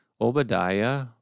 Obadiah